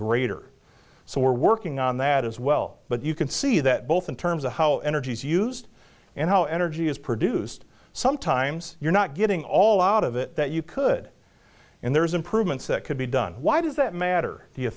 greater so we're working on that as well but you can see that both in terms of how energy is used and how energy is produced sometimes you're not getting all out of it that you could and there's improvements that could be done why does that matter do you